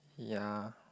ya